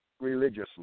religiously